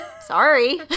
Sorry